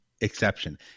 exception